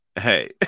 Hey